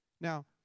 Now